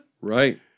Right